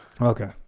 okay